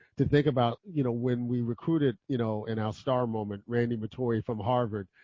to think about you know when we recruited, you know in our star moment, randy matory from harvard,